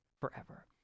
forever